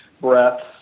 breaths